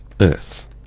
Earth